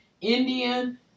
Indian